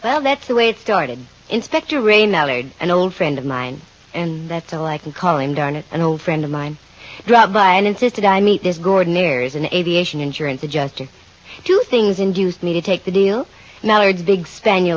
well that's the way it started inspector rainout an old friend of mine and that's all i can call him down to an old friend of mine dropped by and insisted i meet this gordon there is an aviation insurance adjuster two things induced me to take the deal now it's big spaniel